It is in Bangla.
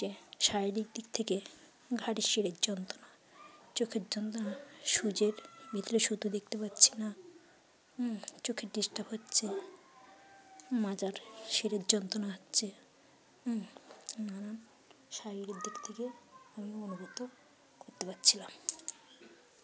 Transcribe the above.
যে শারীরিক দিক থেকে ঘাড়ের শিরার যন্ত্রণ চোখের যন্ত্রণা সূচের ভিতরে সুতো দেখতে পাচ্ছি নাম চোখের ডিস্টার্ব হচ্ছে মাথার শিরার যন্ত্রণা হচ্ছেম নানান শারীরিক দিক থেকে আমি অনুভব করতে পারছিলাম